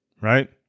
Right